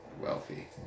wealthy